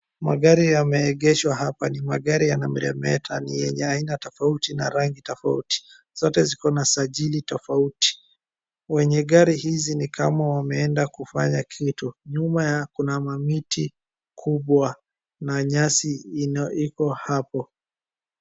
Magari yameegeshwa hapa ni magari yanameremeta, ni yenye aina tofauti na rangi tofauti. Zote ziko na sajili tofauti. Wenye gari hizi ni kama wameenda kufanya kitu. Nyuma ya kuna mamiti kubwa na nyasi ina iko hapo.